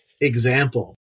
example